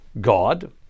God